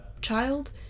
child